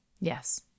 yes